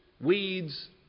weeds